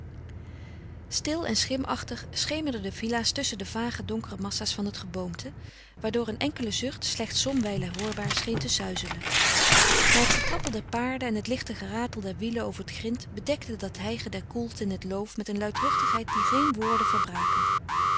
stil en schimachtig schemerden de villa's tusschen de vage donkere massa's van het geboomte waardoor een enkele zucht slechts somwijlen hoorbaar scheen te suizelen maar het getrappel der paarden en het lichte geratel der wielen over het grint bedekte dat hijgen der koelte in het loof met een luidruchtigheid die geen woorden verbraken